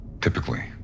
typically